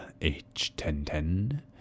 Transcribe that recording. H1010